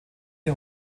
die